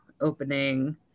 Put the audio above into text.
opening